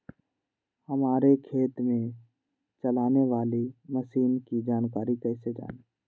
हमारे खेत में चलाने वाली मशीन की जानकारी कैसे जाने?